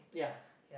yeah